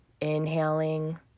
Inhaling